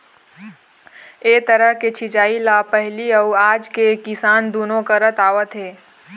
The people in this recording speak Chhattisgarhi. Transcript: ए तरह के सिंचई ल पहिली अउ आज के किसान दुनो करत आवत हे